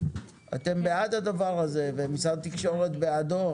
אתם בעד הדבר הזה ומשרד התקשורת בעדו,